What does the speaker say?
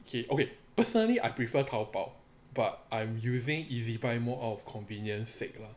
okay personally I prefer 淘宝 but I'm using ezbuy more out of convenience sake lah